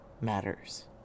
matters